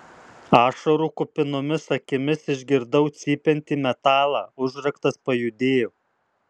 ašarų kupinomis akimis išgirdau cypiantį metalą užraktas pajudėjo